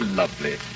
lovely